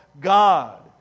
god